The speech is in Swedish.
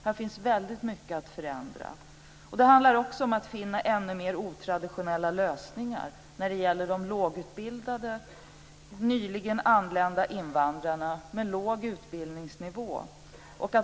Här finns väldigt mycket att förändra. Det handlar vidare om att finna ännu mer otraditionella lösningar när det gäller de lågutbildade, nyligen anlända invandrarna med låg utbildningsnivå.